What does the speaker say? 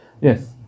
Yes